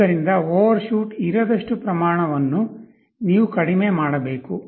ಆದ್ದರಿಂದ ಓವರ್ಶೂಟ್ ಇರದಷ್ಟು ಪ್ರಮಾಣವನ್ನು ನೀವು ಕಡಿಮೆ ಮಾಡಬೇಕು